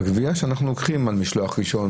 בגבייה אנחנו לוקחים על משלוח ראשון,